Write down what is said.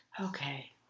Okay